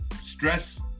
Stress